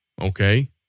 okay